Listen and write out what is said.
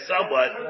somewhat